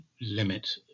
limit